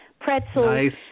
pretzels